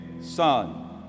Son